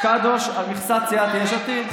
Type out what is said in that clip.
קדוש על מכסת סיעת יש עתיד.